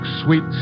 sweet